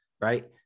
right